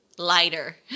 lighter